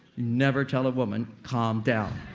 never tell a woman, calm down.